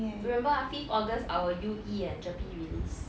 remember ah fifth august our U_E and GERPE release